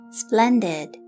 splendid